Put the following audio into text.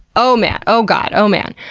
oh man! oh god! oh man!